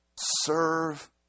serve